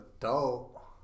adult